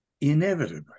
inevitably